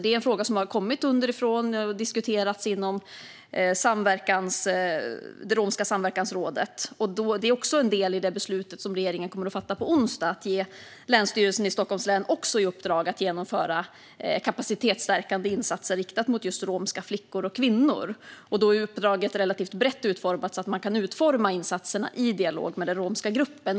Det är en fråga som har kommit underifrån och som har diskuterats inom det romska samverkansrådet. Detta är också en del i det beslut som regeringen kommer att fatta på onsdag - att ge Länsstyrelsen i Stockholms län i uppdrag att genomföra kapacitetsstärkande insatser riktade mot just romska flickor och kvinnor. Då är uppdraget relativt brett utformat, så att man kan utforma insatserna i dialog med den romska gruppen.